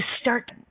start